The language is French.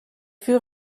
fut